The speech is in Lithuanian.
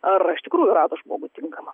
ar iš tikrųjų rado žmogų tinkamą